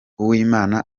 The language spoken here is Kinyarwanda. uwimana